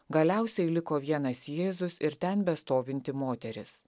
galiausiai liko vienas jėzus ir ten bestovinti moteris